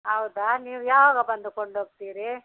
ಹೌದಾ ನೀವು ಯಾವಾಗ ಬಂದು ಕೊಂಡೋಗ್ತೀರಿ